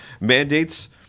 mandates